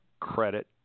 credit